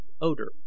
odor